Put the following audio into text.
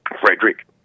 Frederick